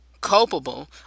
culpable